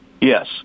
yes